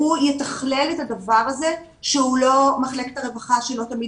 שיתכלל את הדבר הזה שהוא לא מחלקת הרווחה שלא תמיד